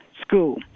school